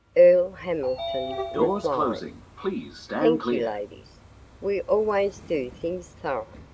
earl hamilton replied thank you, ladies we always do things thorough.